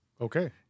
Okay